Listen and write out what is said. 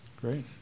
Great